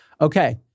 Okay